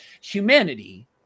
humanity